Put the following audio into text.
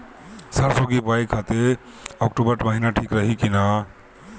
सरसों की बुवाई खाती अक्टूबर महीना ठीक रही की ना?